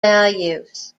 values